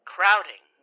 Crowding